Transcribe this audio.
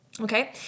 Okay